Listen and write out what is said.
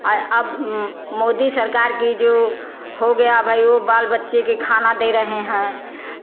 आ अब मोदी सरकार की जो हो गया भाई ओ बाल बच्चे के खाना दे रहे हैं